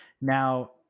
Now